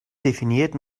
definiert